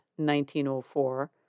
1904